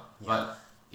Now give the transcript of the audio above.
mm